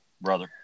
brother